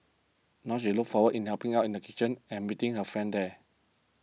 now she looks forward in helping out in the kitchen and meeting her friends there